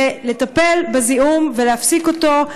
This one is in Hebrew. בלטפל בזיהום ולהפסיק אותו.